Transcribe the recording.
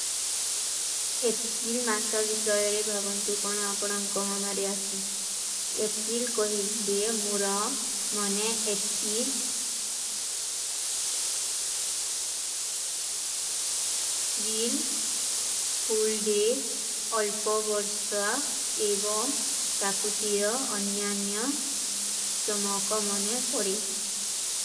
ଏପ୍ରିଲ ମାସା ଵିଶାଯରେ ଭାଵନ୍ତୁ କାନା ଅପଡାଂକା ମନା ରିଯାସୀ। ଏପ୍ରିଲ କହିଲ ଦେ ମୁରା ମନେ ଏପ୍ରିଲ, ପ୍ରିଲ, ଫୂଲ ଦେ, ଅଲପା ଵର୍ଷା, ଏବମ, ପ୍ରାକୁତିଯା, ଅନ୍ଯାନ୍ଯା, ଚମାକା ମନେ ପଡେ।